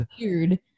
weird